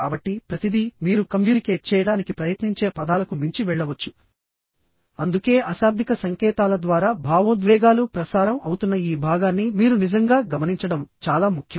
కాబట్టిప్రతిదీ మీరు కమ్యూనికేట్ చేయడానికి ప్రయత్నించే పదాలకు మించి వెళ్ళవచ్చుఅందుకే అశాబ్దిక సంకేతాల ద్వారా భావోద్వేగాలు ప్రసారం అవుతున్న ఈ భాగాన్ని మీరు నిజంగా గమనించడం చాలా ముఖ్యం